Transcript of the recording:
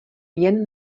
jen